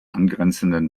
angrenzenden